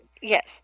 Yes